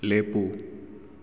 ꯂꯦꯞꯄꯨ